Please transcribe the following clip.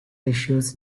issues